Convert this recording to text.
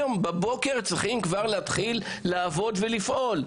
היום בבוקר צריכים כבר להתחיל לעבוד ולפעול.